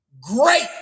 great